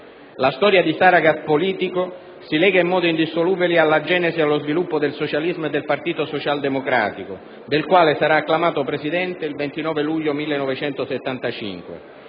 La storia di Saragat politico si lega in modo indissolubile alla genesi ed allo sviluppo del socialismo e del Partito socialdemocratico, del quale sarà acclamato presidente il 29 luglio 1975;